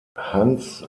hans